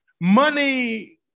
Money